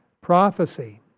prophecy